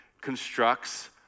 constructs